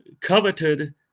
coveted